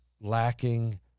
lacking